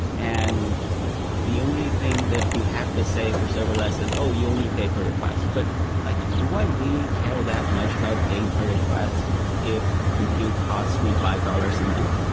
and the only thing that you have to say for serverless is oh, you only pay per request. but do i really care that much about paying per request if compute costs me five dollars a month,